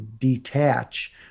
detach